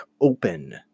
open